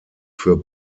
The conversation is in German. für